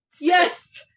yes